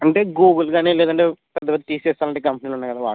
అంటే గూగుల్ కానీ లేదంటే పెద్ద పెద్ద టీసీఎస్ అలాంటి కంపెనీలు ఉన్నాయి కదా వాటిల్లో